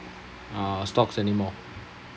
uh stocks anymore